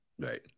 Right